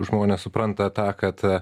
žmonės supranta tą kad